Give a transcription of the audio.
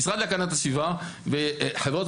המשרד להגנת הסביבה וחברות.